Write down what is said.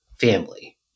family